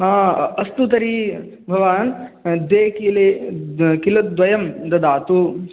अस्तु तर्हि भवान् द्वेकिले किलोद्वयं ददातु